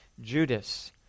Judas